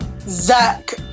Zach